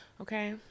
okay